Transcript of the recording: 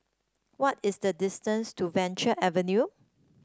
what is the distance to Venture Avenue